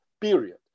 period